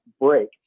break